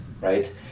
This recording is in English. right